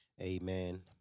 amen